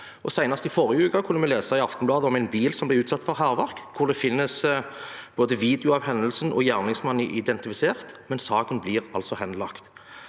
Senest i forrige uke kunne vi lese i Aftenbladet om en bil som ble utsatt for hærverk, hvor det finnes video av hendelsen og gjerningsmannen er identifisert, men saken blir altså henlagt.